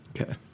okay